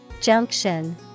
Junction